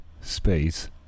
Space